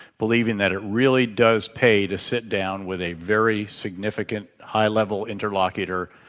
believing that it really does pay to sit down with a very significant, high-level interlocutor,